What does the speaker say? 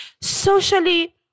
socially